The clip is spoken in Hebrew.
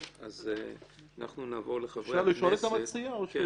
אז אנחנו נעבור לחברי הכנסת.